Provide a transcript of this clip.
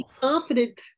confident